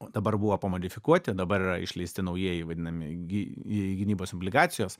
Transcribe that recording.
dabar buvo pamodifikuoti dabar yra išleisti naujieji vadinami gi gynybos obligacijos